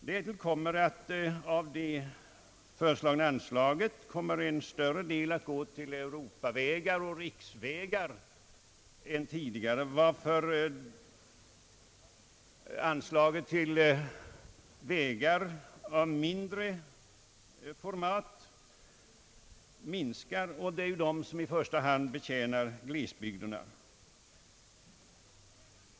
Därtill kommer att av det föreslagna anslaget går en större del till Europavägar och riksvägar än tidigare, varför anslaget till vägar av mindre format minskar. Det är just dessa senare vägar som i första hand betjänar glesbygderna.